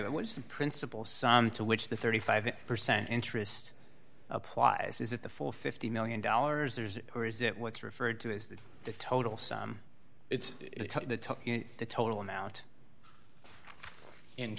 some principle some to which the thirty five percent interest applies is that the full fifty million dollars there's or is it what's referred to is that the total sum it's the total amount in